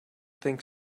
think